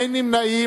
אין נמנעים.